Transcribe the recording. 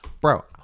bro